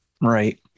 Right